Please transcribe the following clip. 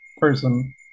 person